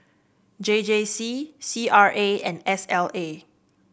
J J C C R A and S L A